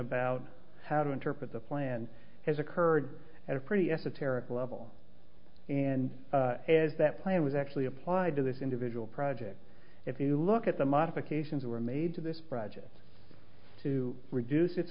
about how to interpret the plan has occurred at a pretty esoteric level and as that plan was actually applied to this individual project if you look at the modifications were made to this project to reduce its